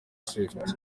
swift